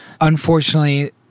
unfortunately